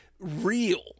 real